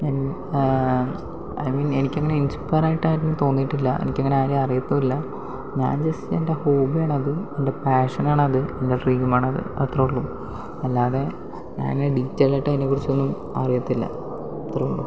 N I mean എനിക്ക് അങ്ങനെ ഇൻസ്പയറായിട്ട് ആരെയും തോന്നിട്ടില്ല എനിക്ക് അങ്ങനെ ആരെയും അറിയത്തുമില്ല ഞാൻ ജസ്റ്റ് എൻ്റെ ഒരു ഹോബിയാണ് അത് എൻ്റെ പാഷനാണ് അത് എൻ്റെ ഡ്രീമാണ് അത് അത്രേയുള്ളു അല്ലാതെ ഞാൻ ഇങ്ങനെ ഡീറ്റൈലായിട്ട് അതിനെ കുറിച്ചൊന്നും അറിയത്തില്ല അത്രേയുള്ളൂ